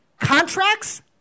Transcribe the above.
Contracts